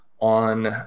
on